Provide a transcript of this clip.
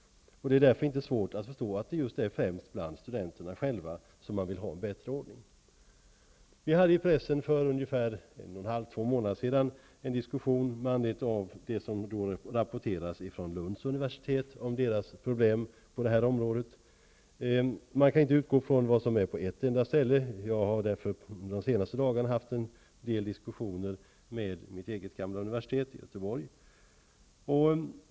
Det är därför inte svårt att förstå att det är främst bland studenterna själva som det önskas en bättre ordning. För ungefär två månader sedan var det i pressen en diskussion med anledning av de problem som rapporterades från Lunds universitet. Det går inte att utgå från vad som händer på ett ställe, och jag har därför de senaste dagarna haft en del diskussioner med företrädare från mitt gamla universitet i Göteborg.